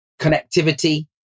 connectivity